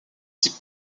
type